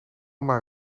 maar